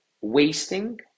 Wasting